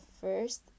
first